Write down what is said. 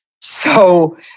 So-